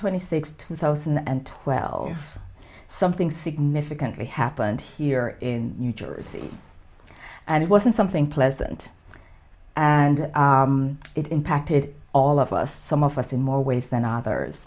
twenty sixth two thousand and something significantly happened here in new jersey and it wasn't something pleasant and it impacted all of us some of us in more ways than others